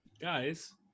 guys